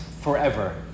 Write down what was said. forever